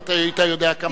אם היית יודע כמה שזה עולה.